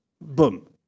Boom